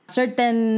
certain